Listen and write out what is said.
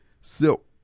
silk